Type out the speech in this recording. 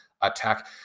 attack